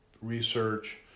research